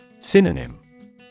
Synonym